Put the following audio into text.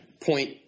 point